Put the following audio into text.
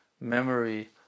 memory